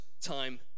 time